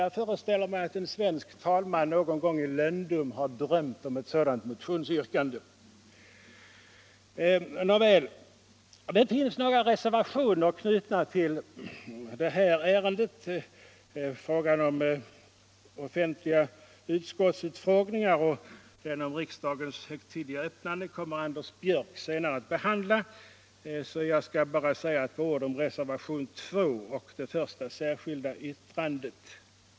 Jag föreställer mig att en svensk talman någon gång i lönndom har drömt om ett sådant motionsyrkande. Det finns några reservationer knutna till det här ärendet. Frågan om offentliga utskottsutfrågningar och frågan om riksdagens högtidliga öppnande kommer Anders Björck senare att behandla, och jag kan inskränka mig till att säga några ord om reservationen 2 och om det första särskilda yttrandet.